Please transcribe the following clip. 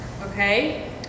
Okay